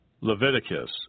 Leviticus